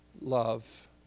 love